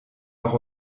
auch